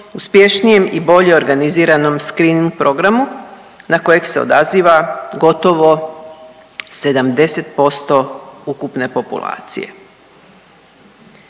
uspješnijem i bolje organiziranom screen programu na kojeg se odaziva gotovo 70% ukupne populacije.